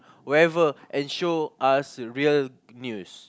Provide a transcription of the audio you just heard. wherever and show us real news